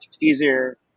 easier